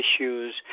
issues